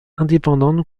indépendante